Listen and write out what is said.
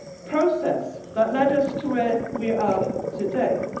process that led us to where we are today.